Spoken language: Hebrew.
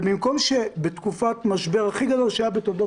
ובמקום שבתקופת משבר הכי גדול שהיה בתולדות